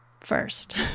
first